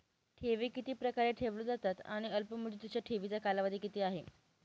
ठेवी किती प्रकारे ठेवल्या जातात आणि अल्पमुदतीच्या ठेवीचा कालावधी किती आहे?